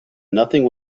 nothing